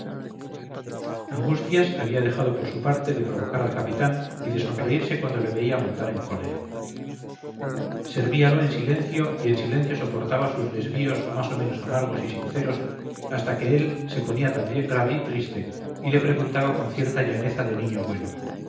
angustias había dejado por su parte de provocar al capitán y de sonreírse cuando le veía montar en cólera servíalo en silencio y en silencio soportaba sus desvíos más o menos amargos y sinceros hasta que él se ponía también grave y triste y le preguntaba con cierta llaneza de niño bueno